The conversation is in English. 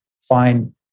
find